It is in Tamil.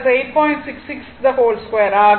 அதுஆக மாறும்